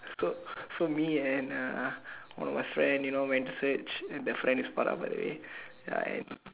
so so me and uh one of my friend you know went to search and the friend is Farah by the way ya and